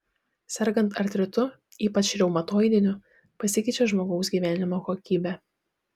sergant artritu ypač reumatoidiniu pasikeičia žmogaus gyvenimo kokybė